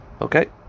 Okay